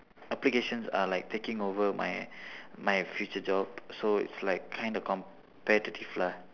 applications are like taking over my my future job so it's like kind of competitive lah